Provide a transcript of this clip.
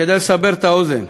כדי לסבר את האוזן: